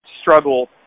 struggle